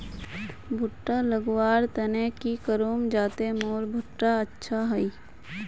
भुट्टा लगवार तने की करूम जाते मोर भुट्टा अच्छा हाई?